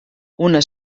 una